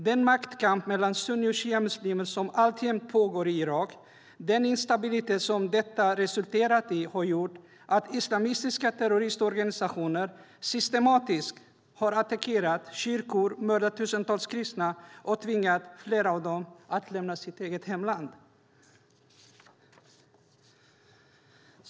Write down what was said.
Den maktkamp mellan sunni och shiamuslimer som alltjämt pågår i Irak och den instabilitet som detta har resulterat i har gjort att islamistiska terrororganisationer systematiskt har attackerat kyrkor, mördat tusentals kristna och tvingat många av dem att lämna sitt eget hemland.